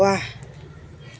ৱাহ